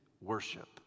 worship